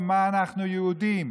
במה אנחנו יהודים?